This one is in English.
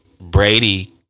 Brady